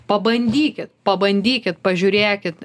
pabandykit pabandykit pažiūrėkit